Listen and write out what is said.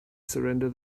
surrender